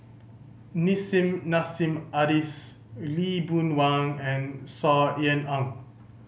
Nissim Nassim Adis Lee Boon Wang and Saw Ean Ang